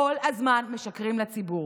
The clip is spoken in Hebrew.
כל הזמן משקרים לציבור.